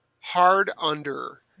Hard-under